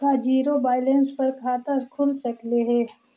का zero balance पर खाता खुल सकले हे?